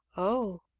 oh!